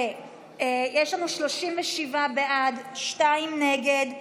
שניים נגד.